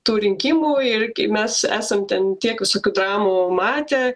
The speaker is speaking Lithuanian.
tų rinkimų ir mes esam ten tiek visokių dramų matę